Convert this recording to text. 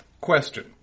Question